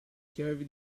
chiave